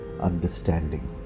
understanding